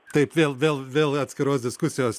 taip vėl vėl vėl atskiros diskusijos